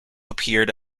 appeared